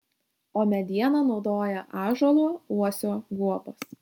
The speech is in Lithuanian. o medieną naudoja ąžuolo uosio guobos